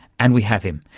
and we have him,